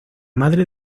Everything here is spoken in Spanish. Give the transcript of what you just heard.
madre